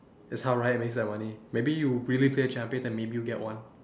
that's how riot makes their money maybe you really play a champion then maybe you'll get one